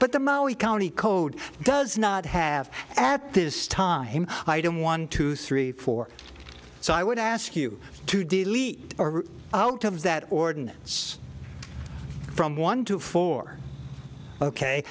but the maui county code does not have at this time item one two three four so i would ask you to delete out of that ordinance from one to four ok